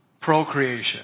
Procreation